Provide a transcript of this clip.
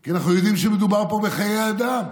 כי אנחנו יודעים שמדובר פה בחיי אדם,